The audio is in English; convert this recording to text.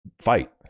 fight